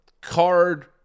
card